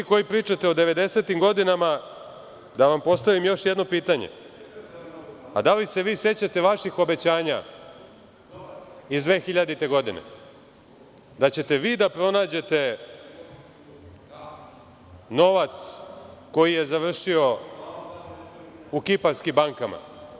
Vi koji pričate o 90-im godinama, da vam postavim još jedno pitanje – da li se vi sećate vaših obećanja iz 2000. godine, da ćete vi da pronađete novac koji je završio u kiparskim bankama?